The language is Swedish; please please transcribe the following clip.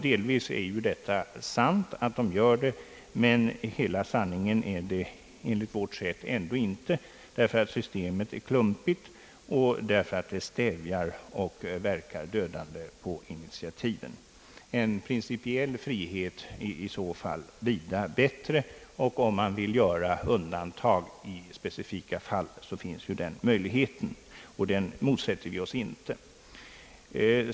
Delvis är detta sant, men det är ändå inte enligt vårt sått att se hela sanningen, eftersom systemet är klumpigt och därför verkar stävjande och dödande på initiativet. En principiell frihet är i så fall vida bättre. Om man vill göra undantag i specifika fall finns det ju en sådan möjlighet, som vi inte motsätter oss.